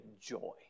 joy